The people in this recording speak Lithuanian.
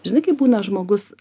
žinai kai būna žmogus